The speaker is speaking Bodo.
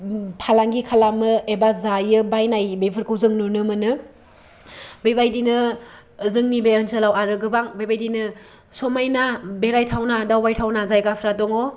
फालांगि खालामो एबा जायो बानाय बेफोरखौ जों नुनो मोनो बेबायदिनो जोंनि बि आनसोलाव गोबां बेबायदिनो समायना बेरायथावना दावबायथावना जायगाफ्रा दङ'